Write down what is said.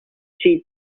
city